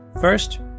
First